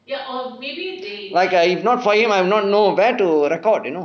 like err if not for him I do not know where to record you know